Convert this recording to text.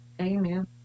Amen